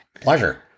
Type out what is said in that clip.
Pleasure